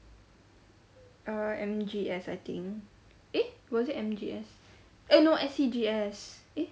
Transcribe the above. uh M_G_S I think eh was it M_G_S eh no S_C_G_S eh